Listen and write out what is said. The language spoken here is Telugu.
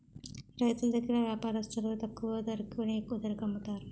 రైతులు దగ్గర వ్యాపారస్తులు తక్కువ ధరకి కొని ఎక్కువ ధరకు అమ్ముతారు